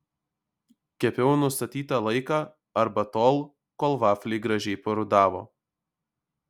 kepiau nustatytą laiką arba tol kol vafliai gražiai parudavo